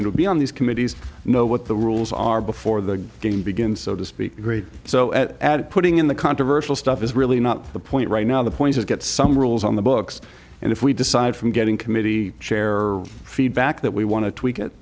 to be on these committees know what the rules are before the game begins so to speak great so at ad putting in the controversial stuff is really not the point right now the point is get some rules on the books and if we decide from getting committee chair feedback that we wan